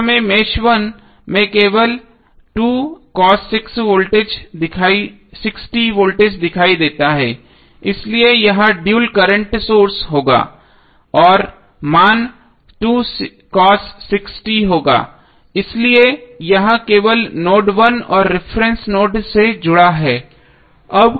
अब हमें मेष 1 में केवल 2 cos 6t वोल्टेज दिखाई देता हैं इसलिए यह ड्यूल करंट सोर्स होगा और मान 2 cos 6t होगा इसलिए यह केवल नोड 1 और रिफरेन्स नोड से जुड़ा है